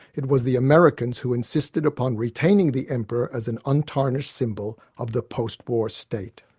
it was the americans who insisted upon retaining the emperor as an untarnished symbol of the post-war state.